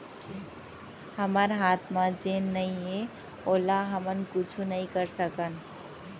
हमर हाथ म जेन नइये ओला तो हमन कुछु नइ करे सकन